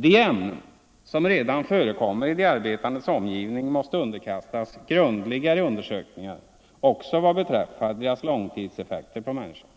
De ämnen som redan förekommer i de arbetandes omgivning måste underkastas grundligare undersökningar också vad beträffar deras långtidseffekter på människan.